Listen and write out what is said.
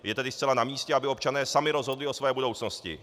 Je tedy zcela na místě, aby občané sami rozhodli o své budoucnosti.